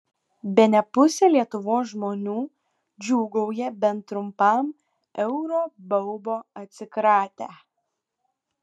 bene pusė lietuvos žmonių džiūgauja bent trumpam euro baubo atsikratę